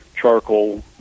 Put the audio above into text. charcoal